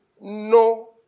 no